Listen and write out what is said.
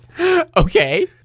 Okay